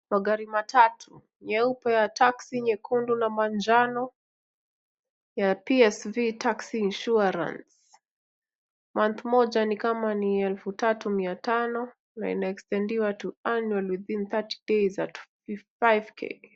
Magari matatu, nyeupe ya taxi nyekundu na manjano ya PSV Tax Insurance. Moja ni kama 3500 na inaextendiwa to annual within 30 days at 5k .